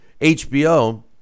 HBO